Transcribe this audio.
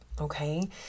Okay